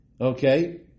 Okay